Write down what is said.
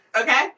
okay